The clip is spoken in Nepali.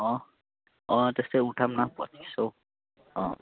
अँ अँ त्यस्तै उठाउन पच्चीस सौ अँ